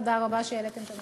תודה רבה שהעליתם את הנושא.